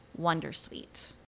Wondersuite